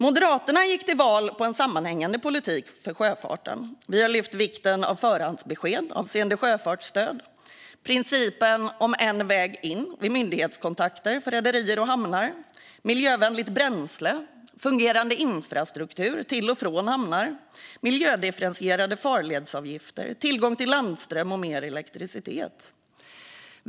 Moderaterna gick till val på en sammanhängande politik för sjöfarten. Vi har lyft vikten av förhandsbesked avseende sjöfartsstöd, principen om en väg in vid myndighetskontakter för rederier och hamnar, miljövänligt bränsle, fungerande infrastruktur till och från hamnar, miljödifferentierade farledsavgifter, tillgång till landström och mer elektricitet.